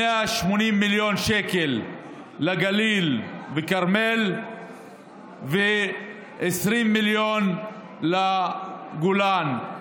180 מיליון שקל לגליל ולכרמל ו-20 מיליון לגולן.